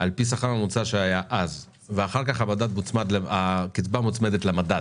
על פי השכר הממוצע שהיה אז ואחר כך הקצבה מוצמדת למדד,